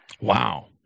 Wow